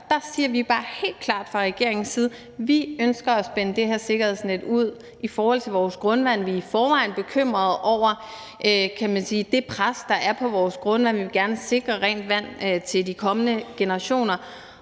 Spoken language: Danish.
Der siger vi bare helt klart fra regeringens side, at vi ønsker at spænde det her sikkerhedsnet ud i forhold til vores grundvand. Vi er i forvejen bekymrede over det pres, der er på vores grundvand, og vi vil gerne sikre rent vand til de kommende generationer.